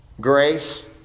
Grace